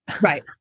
Right